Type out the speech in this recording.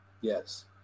yes